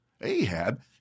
Ahab